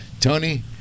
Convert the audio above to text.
Tony